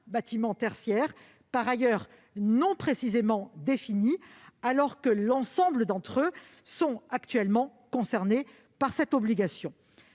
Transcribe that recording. bâtiments tertiaires, par ailleurs non précisément définis, alors que l'ensemble d'entre eux sont actuellement concernés. Les auteurs